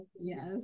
Yes